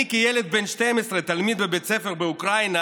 אני כילד בן 12, תלמיד בבית ספר באוקראינה,